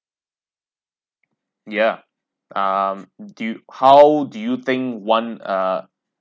ya um do you how do you think one uh